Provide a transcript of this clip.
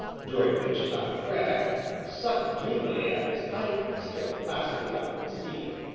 during which tom cragg sucked dreamily at his pipe and stared placidly up at the ceiling.